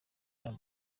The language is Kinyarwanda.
jean